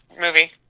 movie